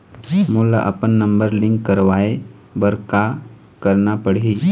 मोला अपन number link करवाये बर का करना पड़ही?